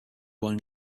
one